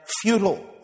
futile